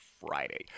Friday